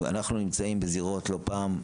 אנחנו נמצאים בזירות לא פעם,